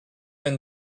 and